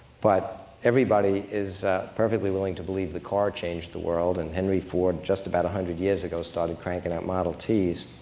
but everybody is perfectly willing to believe the car changed the world. and henry ford, just about one hundred years ago, started cranking out model ts.